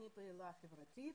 פעילה חברתית.